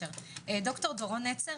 ד"ר דורון נצר,